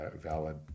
valid